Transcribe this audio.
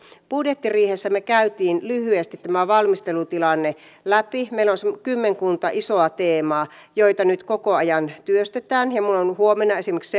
budjettiriihessä me kävimme lyhyesti tämän valmistelutilanteen läpi meillä on kymmenkunta isoa teemaa joita nyt koko ajan työstetään ja minulla on esimerkiksi